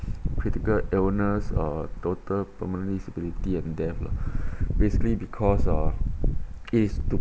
critical illness or total permanent disability and death lah basically because uh it is to